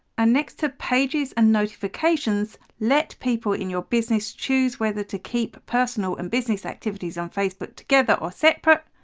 and next to pages and notifications let people in your business choose whether to keep personal and business activities on facebook together or separate.